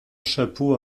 chapeau